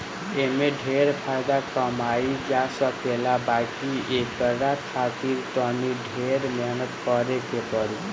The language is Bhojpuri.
एमे ढेरे फायदा कमाई जा सकेला बाकी एकरा खातिर तनी ढेरे मेहनत करे के पड़ी